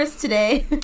today